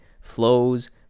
Flows